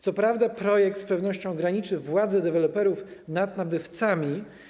Co prawda projekt z pewnością ograniczy władzę deweloperów nad nabywcami.